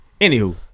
Anywho